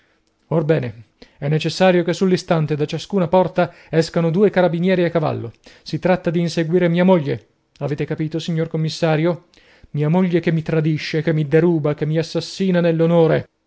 bene è necessario che sull'istante da ciascuna porta escano due carabinieri a cavallo si tratta di inseguire mia moglie avete capito signor commissario mia moglie che mi tradisce che mi deruba che mi assassina nell'onore